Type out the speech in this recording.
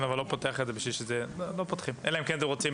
לא פותחים אלא אם אתם רוצים